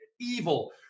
evil